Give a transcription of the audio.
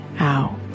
out